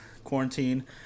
quarantine